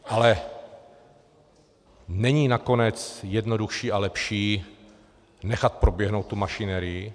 Ale není nakonec jednodušší a lepší nechat proběhnout tu mašinerii?